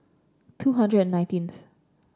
two hundred and nineteenth